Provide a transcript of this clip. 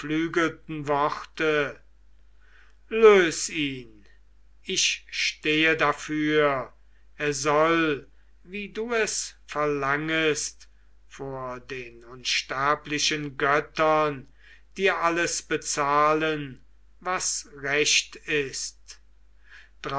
lös ihn ich stehe dafür er soll wie du es verlangest vor den unsterblichen göttern dir alles bezahlen was recht ist